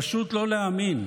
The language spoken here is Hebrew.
פשוט לא להאמין.